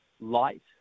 light